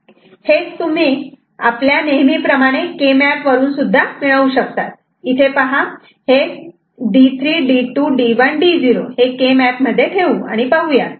हेच तुम्ही आपल्या नेहमीप्रमाणे के मॅप वरून सुद्धा मिळवू शकतात तेव्हा D3 D2 D1 D0 हे के मॅप मध्ये ठेवू आणि पाहूयात